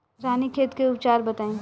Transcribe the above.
रानीखेत के उपचार बताई?